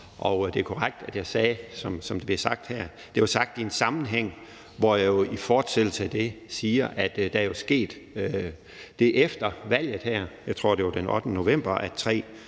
det er korrekt, at jeg sagde, som det bliver sagt her. Det blev sagt i en sammenhæng, hvor jeg jo i fortsættelse af det siger, at der jo er sket det efter valget her – jeg tror, det var den 8. november – at